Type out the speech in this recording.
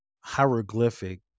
hieroglyphic